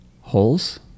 Holes